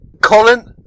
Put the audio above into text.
Colin